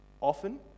often